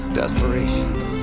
desperations